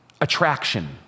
Attraction